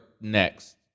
next